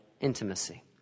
intimacy